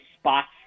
spots